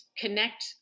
connect